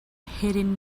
hidden